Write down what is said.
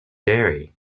derry